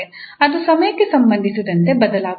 ಅದು ಸಮಯಕ್ಕೆ ಸಂಬಂಧಿಸಿದಂತೆ ಬದಲಾಗುತ್ತಿದೆ